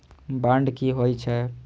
Bond की होई छै?